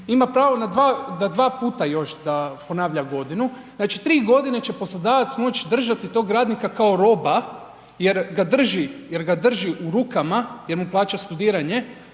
ima pravo da dva puta još da ponavlja godinu, znači 3 g. će poslodavac moći držati tog radnika kao roba jer ga drži u rukama jer mu plaća studiranje